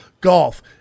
golf